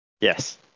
Yes